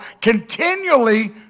continually